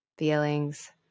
feelings